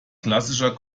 klassischer